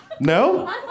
No